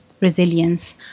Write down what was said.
Resilience